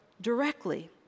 directly